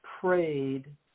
prayed